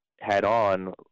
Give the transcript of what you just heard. head-on